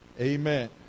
Amen